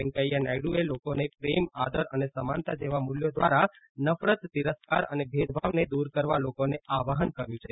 વૈકેંયા નાયડ્રએ લોકોને પ્રેમ આદર અને સમાનતા જેવા મૂલ્યો દ્વારા નફરત તિરસ્કાર અને ભેદ ભાવને દૂર કરવા લોકોને આહવાન કર્યું છે